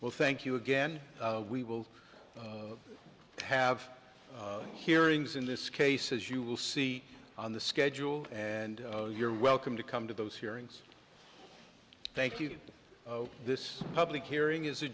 well thank you again we will have hearings in this case as you will see on the schedule and you're welcome to come to those hearings thank you to this public hearing is a